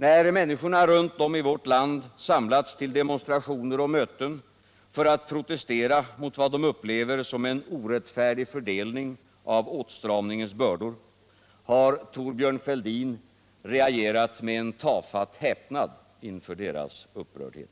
Då människorna runt om i vårt land samlats till demonstrationer och möten för att protestera mot vad de upplever som en orättfärdig fördelning av åtstramningens bördor, har Thorbjörn Fälldin reagerat med en tafatt häpnad inför deras upprördhet.